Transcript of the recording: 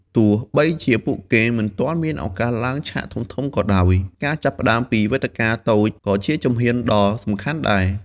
ទោះបីជាពួកគេមិនទាន់មានឱកាសឡើងឆាកធំៗក៏ដោយ ការចាប់ផ្ដើមពីវេទិកាតូចក៏ជាជំហានដ៏សំខាន់ដែរ។